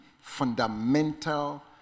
fundamental